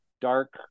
dark